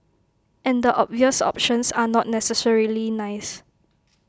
and the obvious options are not necessarily nice